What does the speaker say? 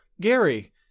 Gary –